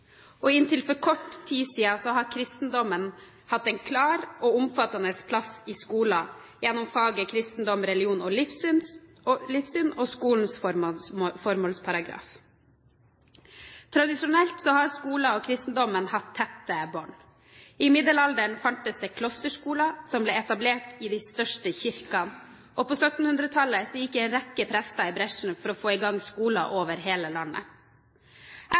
religion. Inntil for kort tid siden har kristendommen hatt en klar og omfattende plass i skolen gjennom faget kristendom, religion og livssyn og skolens formålsparagraf. Tradisjonelt har skolen og kristendommen hatt tette bånd. I middelalderen fantes det klosterskoler som ble etablert i de største kirkene, og på 1700-tallet gikk en rekke prester i bresjen for å få i gang skoler over hele landet. Jeg